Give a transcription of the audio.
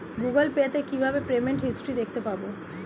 Google pay তে কিভাবে payment history দেখতে পারবো?